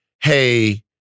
hey